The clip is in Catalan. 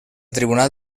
tribunal